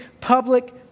public